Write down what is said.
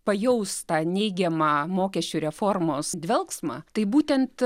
pajaus tą neigiamą mokesčių reformos dvelksmą tai būtent